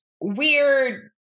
weird